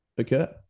Okay